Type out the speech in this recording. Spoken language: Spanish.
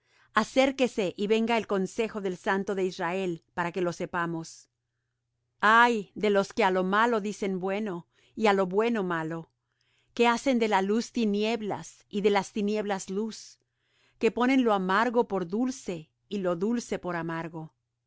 acérquese y venga el consejo del santo de israel para que lo sepamos ay de los que á lo malo dicen bueno y á lo bueno malo que hacen de la luz tinieblas y de las tinieblas luz que ponen lo amargo por dulce y lo dulce por amargo